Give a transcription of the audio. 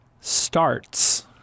starts